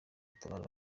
batabara